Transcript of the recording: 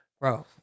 Bro